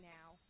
now